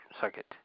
circuit